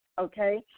okay